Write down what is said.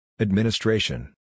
Administration